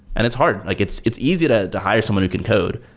and it's hard. like it's it's easy to to hire someone who can code.